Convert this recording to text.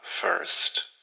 first